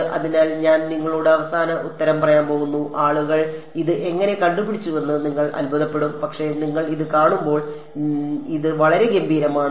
അതിനാൽ ഞാൻ നിങ്ങളോട് അവസാന ഉത്തരം പറയാൻ പോകുന്നു ആളുകൾ ഇത് എങ്ങനെ കണ്ടുപിടിച്ചുവെന്ന് നിങ്ങൾ അത്ഭുതപ്പെടും പക്ഷേ നിങ്ങൾ ഇത് കാണുമ്പോൾ നിങ്ങൾ കാണും ഇത് വളരെ ഗംഭീരമാണെന്ന്